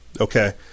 okay